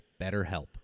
BetterHelp